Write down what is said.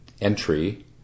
entry